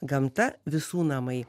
gamta visų namai